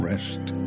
rest